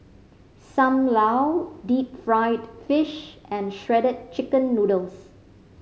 Sam Lau deep fried fish and Shredded Chicken Noodles